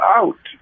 out